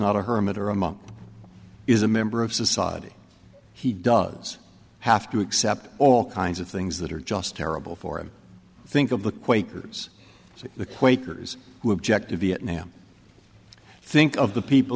not a hermit or a monk is a member of society he does have to accept all kinds of things that are just terrible for him think of the quakers the quakers who object to viet nam think of the people